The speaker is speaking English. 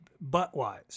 butt-wise